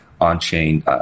on-chain